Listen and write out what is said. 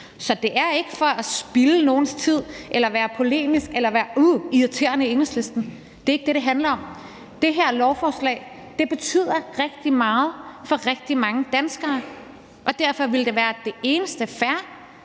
så det er ikke for at spilde nogens tid eller være polemiske eller være, uh, irriterende i Enhedslisten – det er ikke det, det handler om. Det her lovforslag betyder rigtig meget for rigtig mange danskere, og derfor ville det være det eneste fair,